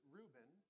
Reuben